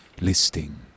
listing